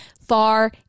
far